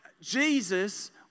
Jesus